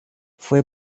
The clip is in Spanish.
fue